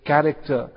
Character